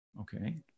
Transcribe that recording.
Okay